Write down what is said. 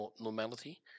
normality